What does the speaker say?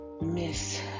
Miss